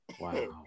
Wow